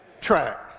track